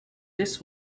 this